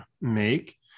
make